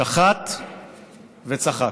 שחט וצחק.